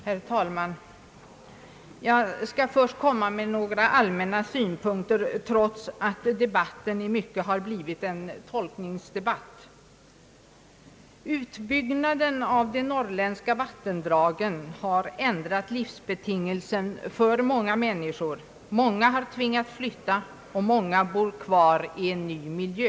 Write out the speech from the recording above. Herr talman! Jag skall först anföra några allmänna synpunkter trots att debatten ju i mycket har blivit en tolkningsdebatt. Utbyggnaden av de norrländska vattendragen har ändrat livsbetingelserna för ett stort antal människor. Många har tvingats flytta, andra bor kvar i en ny miljö.